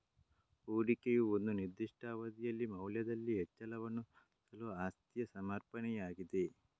ಹೂಡಿಕೆಯು ಒಂದು ನಿರ್ದಿಷ್ಟ ಅವಧಿಯಲ್ಲಿ ಮೌಲ್ಯದಲ್ಲಿ ಹೆಚ್ಚಳವನ್ನು ಸಾಧಿಸಲು ಆಸ್ತಿಯ ಸಮರ್ಪಣೆಯಾಗಿದೆ